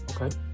Okay